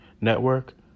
Network